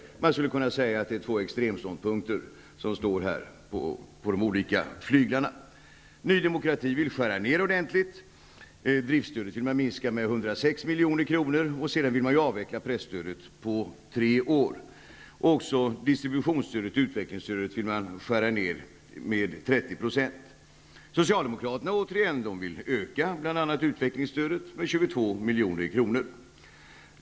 Man skulle kunna säga att det är två extremståndpunkter som står på de olika flyglarna. Ny demokrati vill skära ned ordentligt. Driftsstödet vill man minska med 106 miljoner, och sedan vill man avveckla presstödet på tre år. Distributionsstödet och utvecklingsstödet vill man skära ned med 30 %. Socialdemokraterna återigen vill öka bl.a. utvecklingsstödet med 22 milj.kr.